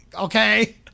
Okay